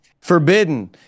forbidden